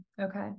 okay